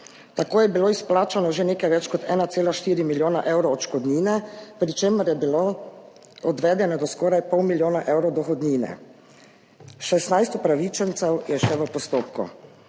Tako je bilo izplačano že nekaj več kot 1,4 milijona evrov odškodnine, pri čemer je bilo odvedeno do skoraj pol milijona evrov dohodnine. 16 upravičencev je še v postopku.